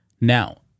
now